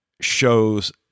shows